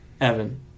Evan